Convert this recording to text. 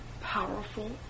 powerful